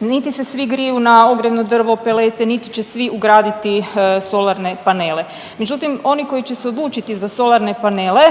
niti se svi griju na ogrjevno drvo, pelete, nit će svi ugraditi solarne panele, međutim oni koji će se odlučiti za solarne panele